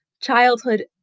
childhood